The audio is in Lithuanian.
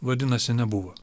vadinasi nebuvo